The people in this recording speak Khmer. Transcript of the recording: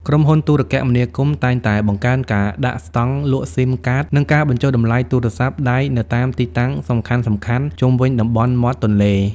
ក្រុមហ៊ុនទូរគមនាគមន៍តែងតែបង្កើនការដាក់ស្តង់លក់ស៊ីមកាត និងការបញ្ចុះតម្លៃទូរស័ព្ទដៃនៅតាមទីតាំងសំខាន់ៗជុំវិញតំបន់មាត់ទន្លេ។